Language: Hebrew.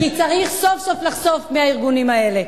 כי צריך סוף-סוף לחשוף מי הארגונים האלה.